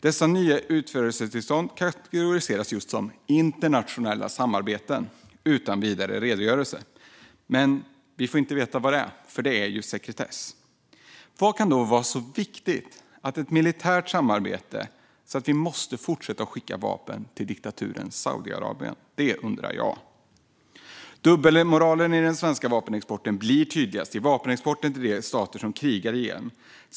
Dessa nya utförseltillstånd kategoriseras just som internationella samarbeten utan vidare redogörelse. Men, vi får inte veta vad det är, för det är ju sekretess. Vad kan vara ett så viktigt militärt samarbete att vi måste fortsätta att skicka vapen till diktaturen Saudiarabien? Det undrar jag. Dubbelmoralen i den svenska vapenexporten blir tydligast i vapenexporten till de stater som krigar i Jemen.